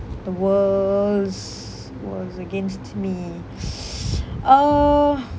the worlds was against me uh